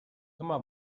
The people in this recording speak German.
immer